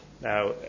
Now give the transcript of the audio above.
Now